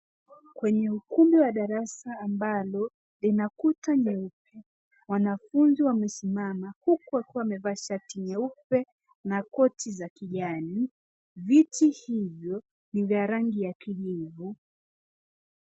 Kwenye ukumbi wa darasa ambalo lina kuta nyeupe, wanafunzi wamesimama huku wakiwa wamevaa shati nyeupe na koti za kijani. Viti hivyo ni vya rangi ya kijivu.